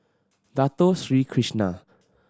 Dato Sri Krishna